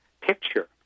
picture